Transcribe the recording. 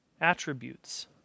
attributes